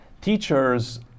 teachers